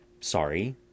sorry